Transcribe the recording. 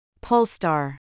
Polestar